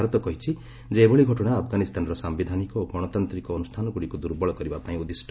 ଭାରତ କହିଛି ଯେ ଏଭଳି ଘଟଣା ଆଫଗାନିସ୍ତାନର ସାମ୍ବିଧାନିକ ଓ ଗଣତାନ୍ତିକ ଅନୁଷ୍ଠାନଗୁଡ଼ିକୁ ଦୁର୍ବଳ କରିବା ପାଇଁ ଉଦ୍ଦିଷ୍ଟ